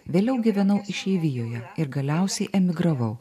vėliau gyvenau išeivijoje ir galiausiai emigravau